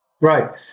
Right